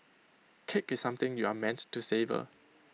cake is something you are meant to savour